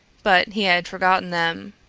but he had forgotten them.